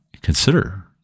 consider